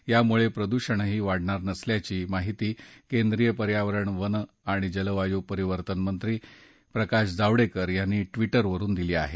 यामुळे प्रदूषणही वाढणार नसल्याची माहिती केंद्रीय पर्यावरण वन आणि जलवायू परिवर्तनमंत्री प्रकाश जावडेकर यांनी ट्विटरवरुन दिली आहे